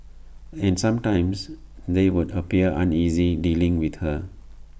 and sometimes they would appear uneasy dealing with her